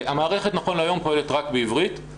המערכת נכון להיום פועלת רק בעברית,